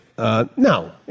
No